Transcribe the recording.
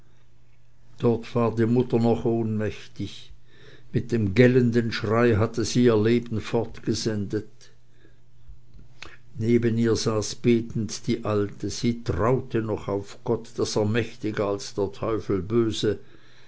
dort war die mutter noch ohnmächtig mit dem gellenden schrei hatte sie ihr leben fortgesendet neben ihr saß betend die alte sie traute noch auf gott daß er mächtiger sei als der teufel böse